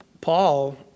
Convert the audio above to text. Paul